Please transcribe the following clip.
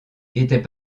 était